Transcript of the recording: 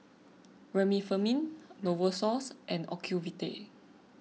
Remifemin Novosource and Ocuvite